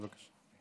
בבקשה.